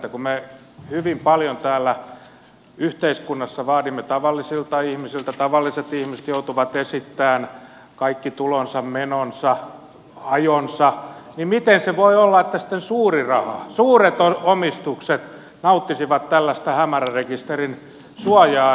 kun me hyvin paljon täällä yhteiskunnassa vaadimme tavallisilta ihmisiltä tavalliset ihmiset joutuvat esittämään kaikki tulonsa menonsa ajonsa niin miten voi olla että sitten suuri raha suuret omistukset nauttisivat tällaista hämärärekisterin suojaa